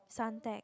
Suntec